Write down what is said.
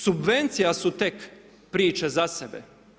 Subvencija su tek priče za sebe.